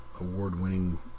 award-winning